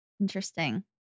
Interesting